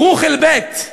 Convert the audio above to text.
רוּח אל-בית,